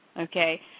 okay